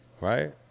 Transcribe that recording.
Right